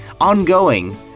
ongoing